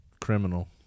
criminal